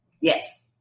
Yes